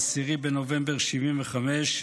10 בנובמבר 1975,